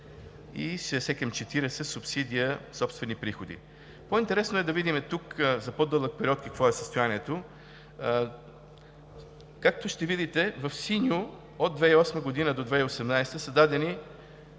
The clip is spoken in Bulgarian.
и 60 към 40 субсидия собствени приходи. По-интересно е да видим тук за по-дълъг период какво е състоянието. Както ще видите в синьо, от 2008 г. до 2018 г. е дадена